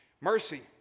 mercy